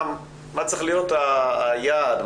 מה צריך להיות היעד,